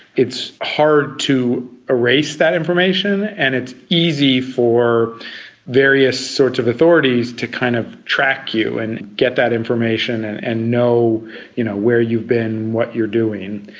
it's hard to erase that information and it's easy for various sorts of authorities to kind of track you and get that information and and know you know where you've been and what you're doing.